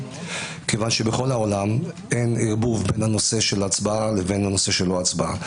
כיוון שבכל העולם אין ערבוב בין נושא של הצבעה לבין הנושא של לא הצבעה.